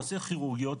תעשה כירורגיות,